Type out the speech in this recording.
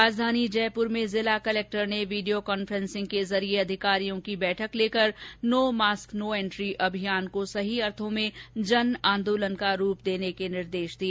राजधानी जयपूर में जिला कलेक्टर ने वीडियो कन्फ्रेंन्सिंग के जरिये अधिकारियों की बैठक लेकर नो मास्क नो एन्ट्री अभियान को सही अर्थो में जन आंदोलन का रूप देने के निर्देश दिए